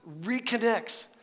reconnects